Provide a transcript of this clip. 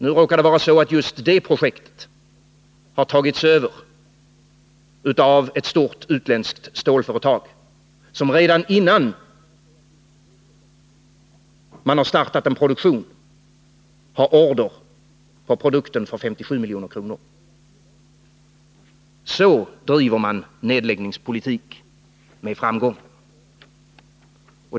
Nu råkar det vara så att just det projektet har tagits över av ett stort utländskt stålföretag, som redan innan man har startat en produktion har order på produkten för 57 milj.kr. Så driver man nedläggningspolitik med framgång.